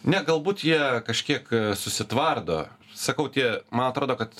ne galbūt jie kažkiek susitvardo sakau tie man atrodo kad